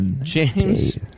James